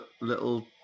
little